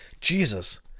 Jesus